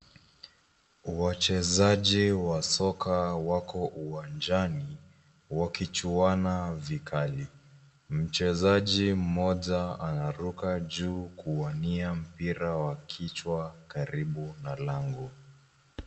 Wachezaji wa soka wako uwanjani wakichuana vikali. Mchezaji mmoja anaruka juu kuwania mpira wa kichwa karibu na lango.